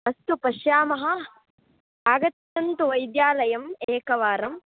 अस्तु पश्यामः आगच्छन्तु वैद्यालयम् एकवारम्